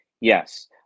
Yes